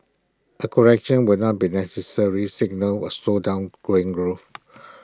A correction would not be necessary signal A slowdown going growth